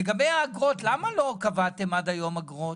לגבי האגרות, למה לא קבעתם עד היום אגרות?